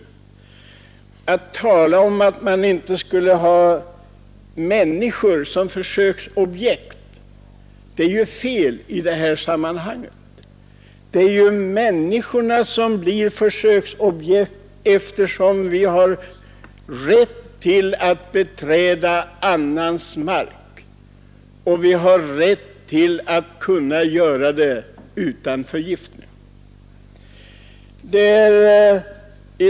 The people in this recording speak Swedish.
Att tala om att man inte har människor som försöksobjekt är felaktigt. Det är människorna som blir försöksobjekt, eftersom vi har rätt att beträda annans mark och rätt att göra detta utan förgiftning.